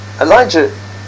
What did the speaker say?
Elijah